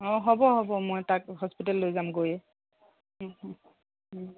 অ হ'ব হ'ব মই তাক হস্পিটেললৈ লৈ যাম গৈয়ে